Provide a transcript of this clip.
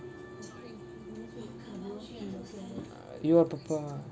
err